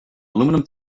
aluminium